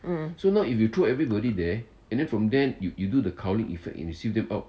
um